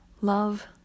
Love